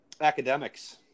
academics